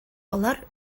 алар